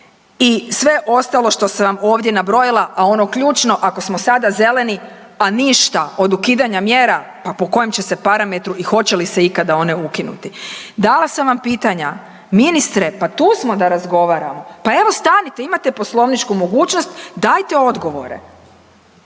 I sve ostalo što sam vam ovdje nabrojila, a ono ključno ako smo sada zeleni, a ništa od ukidanja mjera pa po kojem će se parametru i hoće li se ikada one ukinuti? Dala sam vam pitanja, ministre pa tu smo da razgovaramo, pa evo stanite imate poslovničku mogućnost dajte odgovore.